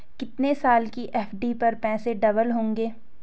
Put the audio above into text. कितने साल की एफ.डी पर पैसे डबल होंगे?